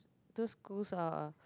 those schools are